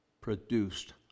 produced